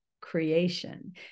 creation